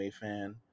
fan